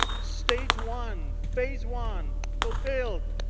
stage one, phase one fulfilled.